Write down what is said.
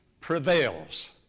prevails